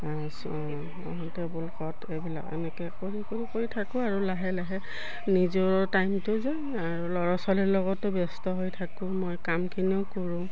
table cloth এইবিলাক এনেকৈ কৰি কৰি কৰি থাকোঁ আৰু লাহে লাহে নিজৰো টাইমটো যায় আৰু ল'ৰা ছোৱালীৰ লগতো ব্যস্ত হৈ থাকোঁ মই কামখিনিও কৰোঁ